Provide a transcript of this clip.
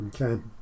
Okay